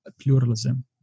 pluralism